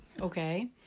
Okay